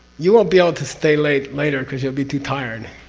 you won't be able to stay late later because you'll be too tired.